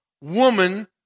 woman